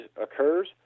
occurs